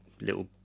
little